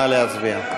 נא להצביע.